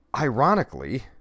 ironically